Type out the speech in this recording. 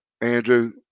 Andrew